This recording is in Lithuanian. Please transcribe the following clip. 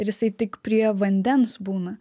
ir jisai tik prie vandens būna